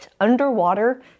underwater